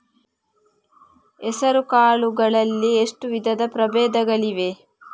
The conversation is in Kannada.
ಹೆಸರುಕಾಳು ಗಳಲ್ಲಿ ಎಷ್ಟು ವಿಧದ ಪ್ರಬೇಧಗಳಿವೆ?